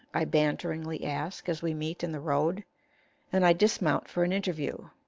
i banteringly ask as we meet in the road and i dismount for an interview,